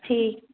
ਠੀਕ